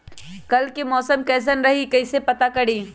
कल के मौसम कैसन रही कई से पता करी?